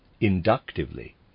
inductively